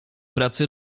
pracy